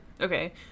Okay